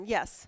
Yes